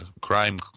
Crime